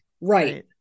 Right